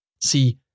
See